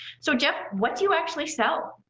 so, jeff, what do you actually sell?